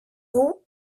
roues